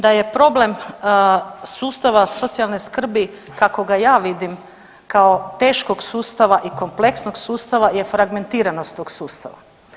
Da je problem sustava socijalne skrbi, kako ga ja vidim, kao teškog sustava i kompleksnog sustava je fragmentiranost tog sustava.